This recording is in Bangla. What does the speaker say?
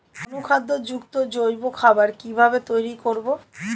অনুখাদ্য যুক্ত জৈব খাবার কিভাবে তৈরি করব?